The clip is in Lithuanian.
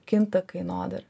kinta kainodara